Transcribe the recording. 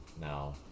now